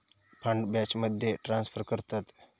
fund बॅचमध्ये transfer करतत